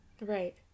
right